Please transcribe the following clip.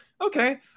okay